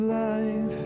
life